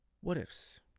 What-ifs